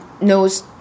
knows